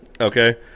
okay